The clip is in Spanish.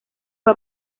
fue